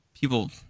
people